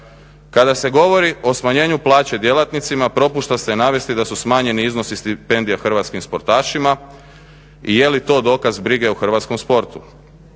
Kada se govori o smanjenju plaće djelatnicima propušta se navesti da su smanjeni iznosi stipendija hrvatskim sportašima. Je li to dokaz brige o hrvatskom sportu?